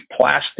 plastic